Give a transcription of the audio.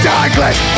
Douglas